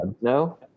No